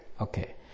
Okay